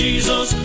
Jesus